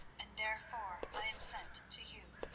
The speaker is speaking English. and therefore i am sent to you.